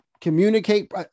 communicate